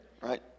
right